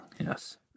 yes